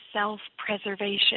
self-preservation